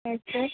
yes sir